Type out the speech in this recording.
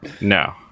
No